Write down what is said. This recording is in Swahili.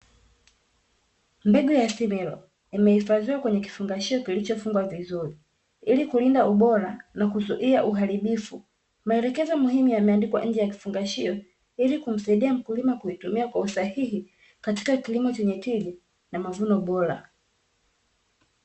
Mbegu ya similo imehifadhiwa kwenye kifungashio kilichofungwa vizuri, ili kulinda ubora na kuzuia uharibifu, maelekezo muhimu yameandikwa nje ya kifungashio ili kumsaidia mkulima kuitumia kwa usahihi, katika kilimo chenye tija na mavuno bora.